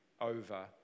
over